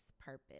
purpose